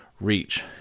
reach